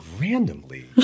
randomly